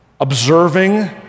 observing